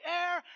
air